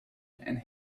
and